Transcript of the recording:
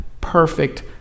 perfect